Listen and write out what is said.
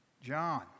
John